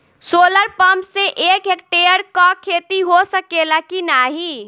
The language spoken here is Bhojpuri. सोलर पंप से एक हेक्टेयर क खेती हो सकेला की नाहीं?